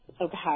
okay